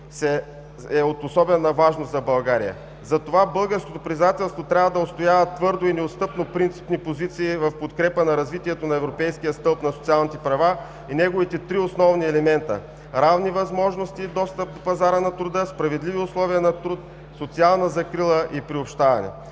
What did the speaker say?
е от особена важност за България, затова българското председателство трябва да отстоява твърдо и неотстъпно принципни позиции в подкрепа на развитието на Европейския стълб на социалните права и неговите три основни елемента: равни възможности и достъп до пазара на труда, справедливи условия на труд, социална закрила и приобщаване,